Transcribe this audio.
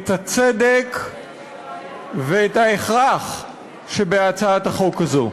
את הצדק ואת ההכרח שבהצעת החוק הזאת.